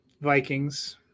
Vikings